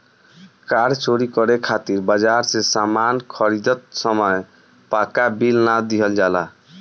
कार चोरी करे खातिर बाजार से सामान खरीदत समय पाक्का बिल ना लिहल जाला